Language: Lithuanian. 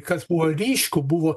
kas buvo ryšku buvo